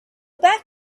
back